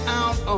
out